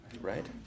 right